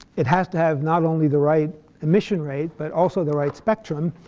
it has to have not only the right emission rate but also the right spectrum.